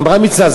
עמרם מצנע,